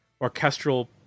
orchestral